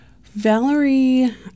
Valerie